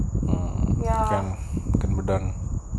uh can lah can be done lah